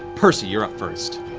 percy, you're up first.